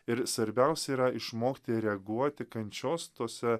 ir svarbiausia yra išmokti reaguoti kančios tose